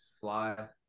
fly